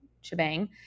shebang